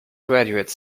graduate